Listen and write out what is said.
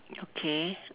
okay